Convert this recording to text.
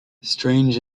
strange